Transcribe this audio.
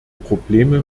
probleme